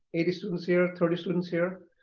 eighty students here, thirty students here,